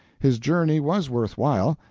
his journey was worth while,